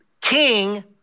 King